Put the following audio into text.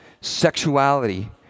sexuality